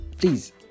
Please